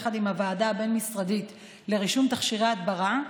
יחד עם הוועדה הבין-משרדית לרישום תכשירי הדברה,